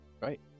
Right